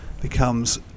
becomes